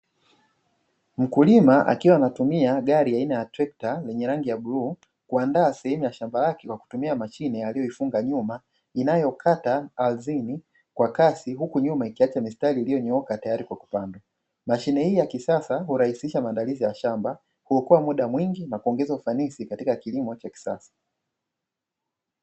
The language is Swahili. Mkulima akiwa anatumia gari aina ya trekta lenye rangi ya bluu. Kuandaa sehemu ya shamba lake kwa kutumia mashine aliyoifunga nyuma inayokata ardhini kwa kasi huku nyuma ikiacha mistari iliyonyooka tayari kwa kupanda. Mashine hii ya kisasa hurahisisha maandalizi ya shamba, huokoa muda mwingi na kuongeza ufanisi katika kilimo cha kisasa.